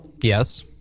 Yes